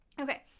Okay